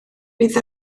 bydd